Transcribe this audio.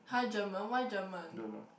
[huh] German why German